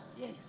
Yes